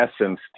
essence